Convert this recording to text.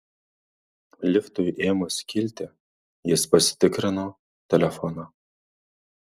liftui ėmus kilti jis pasitikrino telefoną